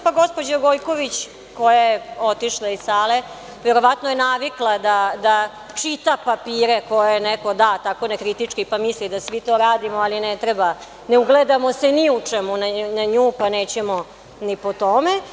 Pa, gospođa Gojković koja je otišla iz sale, verovatno je navikla da čita papire koje joj neko da, tako da kritički misli da svi to radimo, ali ne treba, ne ugledamo se ni u čemu na nju, pa nećemo ni po tome.